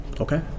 Okay